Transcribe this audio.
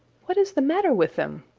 what is the matter with them?